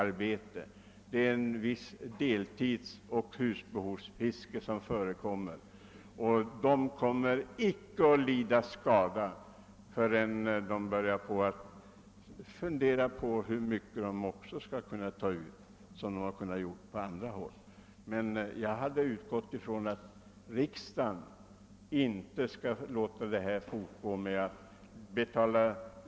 Det finns ett visst antal deltidsoch husbehovsfiskare, och de kommer icke att lida skada förrän också de börjar fundera över hur mycket de skall kunna ta ut på samma sätt som man har gjort på andra håll. Jag har utgått från att riksdagen inte skall tillåta att myndigheterna fortsätter att betala ut pengar som hittills.